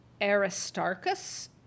Aristarchus